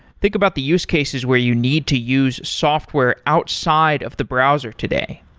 think about the use cases where you need to use software outside of the browser today?